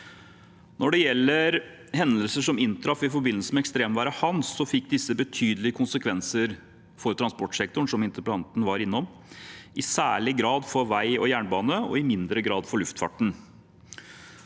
Når det gjelder hendelser som inntraff i forbindelse med ekstremværet «Hans», fikk disse betydelige konsekvenser for transportsektoren, som interpellanten var innom, i særlig grad for vei og jernbane og i mindre grad for luftfarten.